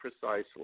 precisely